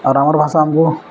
ଆଉ ଆମର୍ ଭାଷା ଆମ୍କୁ